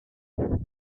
unsere